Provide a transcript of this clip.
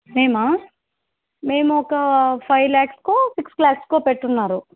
మేము మేము ఒక ఫైవ్ ల్యాక్స్కో సిక్స్ ల్యాక్స్కో పెట్టున్నారు